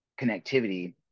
connectivity